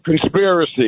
Conspiracy